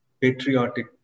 patriotic